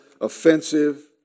offensive